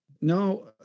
No